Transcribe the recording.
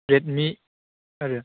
Redmi आरो